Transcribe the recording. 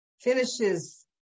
finishes